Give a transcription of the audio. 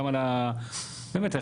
באמת,